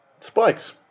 spikes